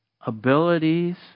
abilities